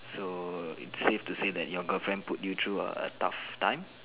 so it's safe to say your girlfriend put you through a tough time